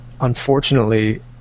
Unfortunately